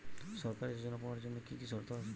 সরকারী যোজনা পাওয়ার জন্য কি কি শর্ত আছে?